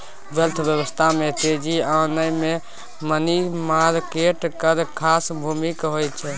अर्थव्यवस्था में तेजी आनय मे मनी मार्केट केर खास भूमिका होइ छै